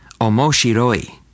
Omoshiroi